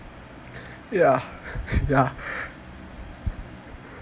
ya ya